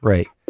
Right